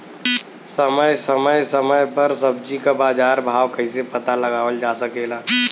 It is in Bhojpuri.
समय समय समय पर सब्जी क बाजार भाव कइसे पता लगावल जा सकेला?